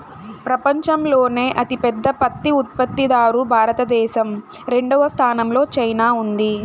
పపంచంలోనే అతి పెద్ద పత్తి ఉత్పత్తి దారు భారత దేశం, రెండవ స్థానం లో చైనా ఉంది